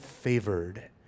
favored